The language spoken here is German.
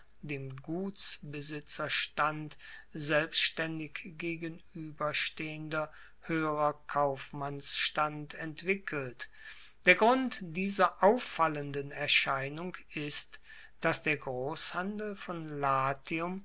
dem gutsbesitzerstand selbstaendig gegenueberstehender hoeherer kaufmannsstand entwickelt der grund dieser auffallenden erscheinung ist dass der grosshandel von latium